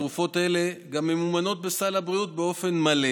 תרופות אלו גם ממומנות בסל הבריאות באופן מלא